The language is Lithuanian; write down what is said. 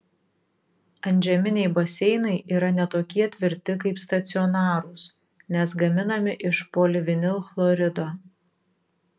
antžeminiai baseinai yra ne tokie tvirti kaip stacionarūs nes gaminami iš polivinilchlorido